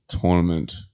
tournament